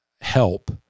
help